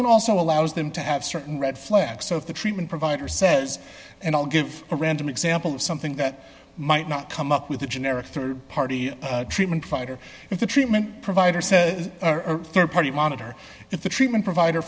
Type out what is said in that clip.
and also allows them to have certain red flags so if the treatment provider says and i'll give a random example of something that might not come up with a generic rd party treatment fight or if the treatment provider says rd party monitor if the treatment provider